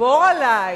לגבור עלי,